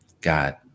God